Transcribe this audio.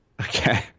Okay